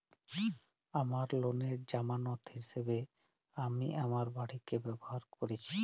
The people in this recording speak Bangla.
আমার লোনের জামানত হিসেবে আমি আমার বাড়িকে ব্যবহার করেছি